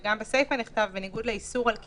וגם בסיפה נכתב "בניגוד לאיסור על קיומם".